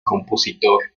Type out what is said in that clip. compositor